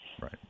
Right